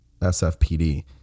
SFPD